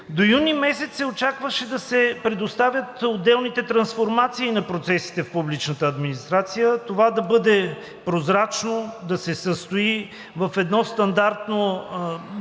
До юни месец се очакваше да се предоставят отделните трансформации на процесите в публичната администрация, това да бъде прозрачно, да се състои в едни стандартизирани